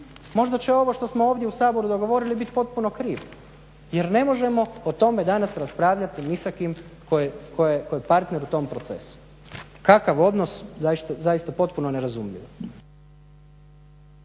Možda će ovo što smo ovdje u Saboru dogovorili bit potpuno krivo jer ne možemo o tome danas raspravljati ni sa kim tko je partner u tom procesu. Kakav odnos, zaista potpuno nerazumljivo.